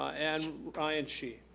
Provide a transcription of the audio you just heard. and ryan shih.